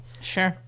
Sure